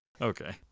Okay